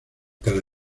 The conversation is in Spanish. cada